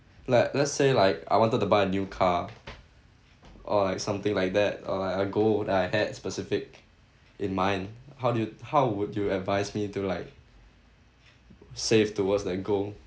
like let's say like I wanted to buy a new car or like something like that or like a goal that I had specific in mind how do you how would you advise me to like save towards that goal